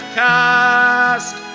cast